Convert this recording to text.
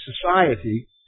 society